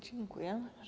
Dziękuję.